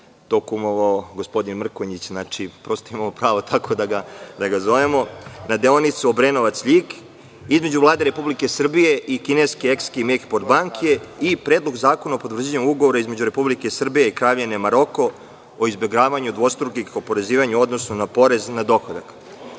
tome kumovao gospodin Mrkonjić, imamo prava tako da ga zovemo, deonica Obrenovac-Ljig, između Vlade Republike Srbije i kineske „Eskim“ banke i Predlog zakona o potvrđivanju Ugovora između Republike Srbije i Kraljevine Maroko o izbegavanju dvostrukih oporezivanja u odnosu na porez na dohodak. Na